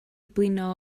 blino